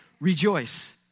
rejoice